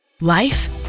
Life